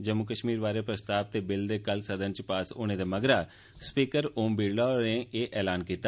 जम्मू कश्मीर बारै प्रस्ताव ते बिल दे कल सदन च पास होने दे बादए स्पीकर ओम बिड़ला होरें एह ऐलान कीता